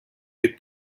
від